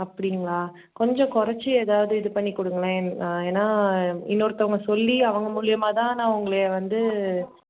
அப்படிங்களா கொஞ்சம் குறைச்சி ஏதாவது இது பண்ணி கொடுங்களேன் ஏன்னால் இன்னொருத்தவங்கள் சொல்லி அவங்க மூலிமா தான் நான் உங்களை வந்து